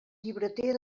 llibreter